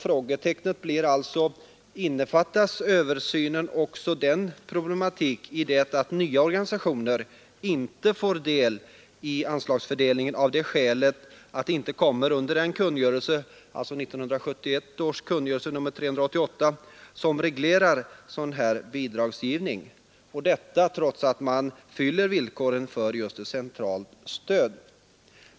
Frågan är: Innefattar översynen också den problematik som innebär att nya organisationer inte får någonting vid anslagsfördelningen, av det skälet att de inte inryms under den kungörelse — 1971:388 — som reglerar sådan bidragsgivning, detta trots att de uppfyller villkoren för centralt stöd?